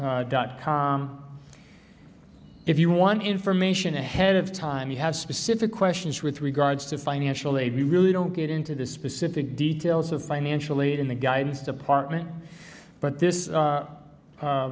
board dot com if you want information ahead of time you have specific questions with regards to financial aid we really don't get into the specific details of financial aid in the guidance department but this